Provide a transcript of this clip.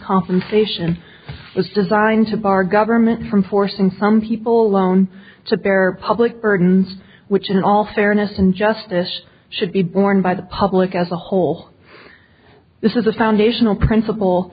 compensation it's designed to bar government from forcing some people loan to bear public burdens which in all fairness and justice should be borne by the public as a whole this is a foundational principle